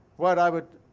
what i would